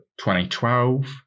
2012